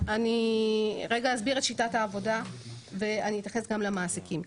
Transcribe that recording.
אני אסביר את שיטת העבודה ואני אתייחס גם למעסיקים.